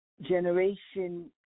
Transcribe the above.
generation